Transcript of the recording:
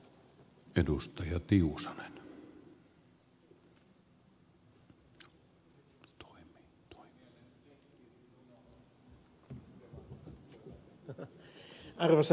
arvoisa puhemies